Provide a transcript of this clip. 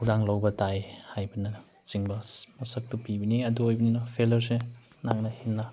ꯊꯧꯗꯥꯡ ꯂꯧꯕ ꯇꯥꯏ ꯍꯥꯏꯕꯅꯆꯤꯡꯕ ꯃꯁꯛꯇ ꯄꯤꯕꯅꯤ ꯑꯗꯨ ꯑꯣꯏꯕꯅꯤꯅ ꯐꯦꯜꯂꯤꯌꯔꯁꯦ ꯅꯪꯅ ꯍꯦꯟꯅ